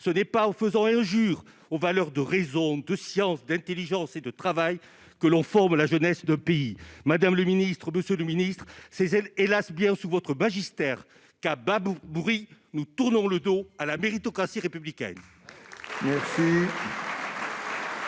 Ce n'est pas en faisant injure aux valeurs de raison, de science, d'intelligence et de travail qu'on forme la jeunesse d'un pays. » Madame, monsieur les ministres, c'est bien sous votre magistère, hélas, qu'à bas bruit nous tournons le dos à la méritocratie républicaine